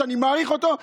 שאני מעריך אותו,